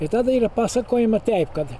tai tada yra pasakojama teip kad